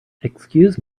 excuse